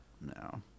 No